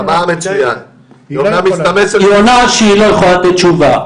רק שהיא לא יכולה לתת תשובה.